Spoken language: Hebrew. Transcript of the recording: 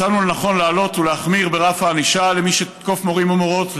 מצאנו לנכון להעלות ולהחמיר את רף הענישה למי שיתקוף מורים ומורות,